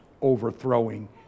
overthrowing